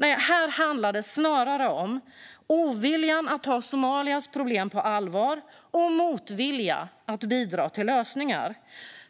Nej, här handlar det snarare om ovilja att ta Somalias problem på allvar och motvilja att bidra till lösningar.